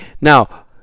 Now